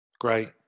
Great